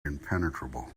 impenetrable